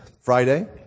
Friday